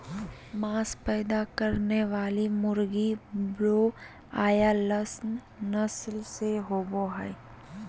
मांस पैदा करने वाली मुर्गी ब्रोआयालर्स नस्ल के होबे हइ